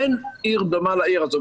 אין עיר דומה לעיר הזו.